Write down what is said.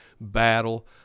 battle